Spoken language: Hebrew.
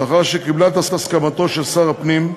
לאחר שקיבלה את הסכמתו של שר הפנים,